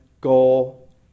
goal